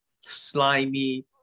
slimy